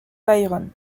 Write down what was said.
byron